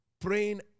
Praying